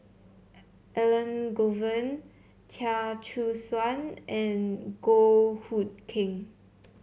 Elangovan Chia Choo Suan and Goh Hood Keng